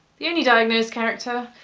the only diagnosed character,